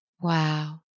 Wow